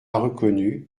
reconnu